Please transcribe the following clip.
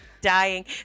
Dying